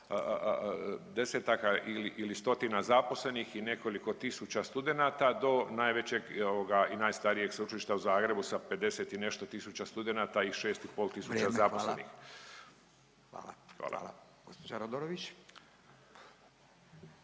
desetaka ili stotina zaposlenih i nekoliko tisuća studenata do najvećeg i najstarijeg sveučilišta u Zagrebu sa 50 i nešto tisuća studenata i šest i pol tisuća zaposlenih. …/Upadica Radin: